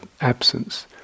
absence